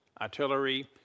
artillery